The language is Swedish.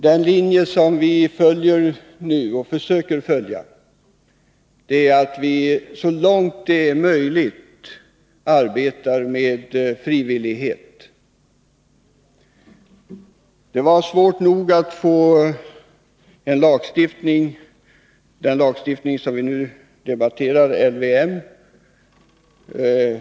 Den linje som vi nu försöker följa är att vi så långt det är möjligt arbetar med frivillighet. Det var svårt nog att få till stånd den lagstiftning som vi nu diskuterar, LVM.